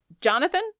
Jonathan